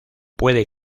puede